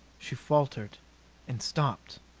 she faltered and stopped.